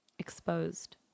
exposed